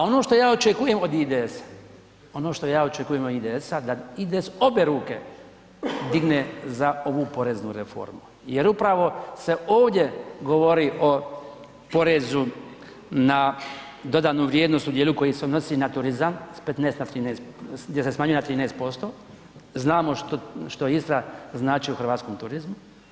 A ono što ja očekujem od IDS-a, ono što ja očekujem od IDS-a da ide s obje ruke digne za ovu poreznu reformu jer upravo se ovdje govori o poreznu na dodanu vrijednost u dijelu koji se odnosi na turizam s 15 na 13, gdje se smanjuje na 13%, znamo što Istra znači u hrvatskom turizmu.